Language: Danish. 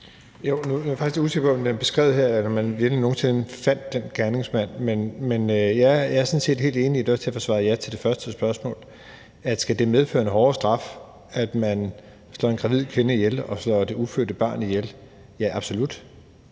er jeg faktisk lidt usikker på, om det er beskrevet her, og om man i virkeligheden nogen sinde fandt den gerningsmand. Men jeg er sådan set helt enig, og det var også derfor, jeg svarede ja til det første spørgsmål. Skal det medføre en hårdere straf, at man slår en gravid kvinde ihjel og slår det ufødte barn ihjel? Ja, absolut,